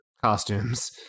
costumes